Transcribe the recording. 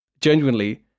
genuinely